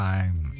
Time